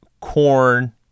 Corn